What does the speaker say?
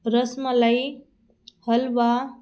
rasmalai halwa